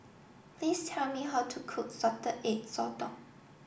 please tell me how to cook Salted Egg Sotong